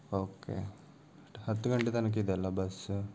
okay ಹತ್ತು ಗಂಟೆ ತನಕ ಇದೆಲ ಬಸ್ಸ